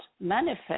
manifest